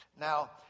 Now